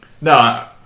No